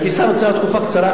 הייתי שר האוצר תקופה קצרה,